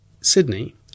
Sydney